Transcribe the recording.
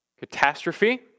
Catastrophe